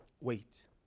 Wait